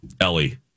Ellie